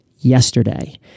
Yesterday